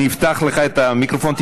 אני אפתח לך את המיקרופון,